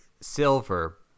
silver